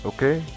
Okay